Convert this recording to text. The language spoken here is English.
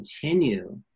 continue